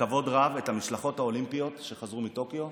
בכבוד רב את המשלחות האולימפיות שחזרו מטוקיו,